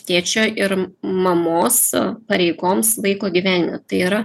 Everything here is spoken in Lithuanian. tėčio ir mamos pareigoms vaiko gyvenime tai yra